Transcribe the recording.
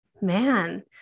man